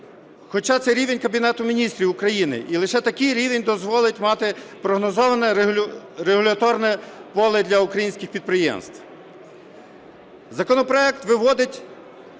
хоча це рівень Кабінету Міністрів України. І лише такий рівень дозволить мати прогнозоване регуляторне поле для українських підприємств. Законопроект виводить